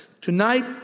Tonight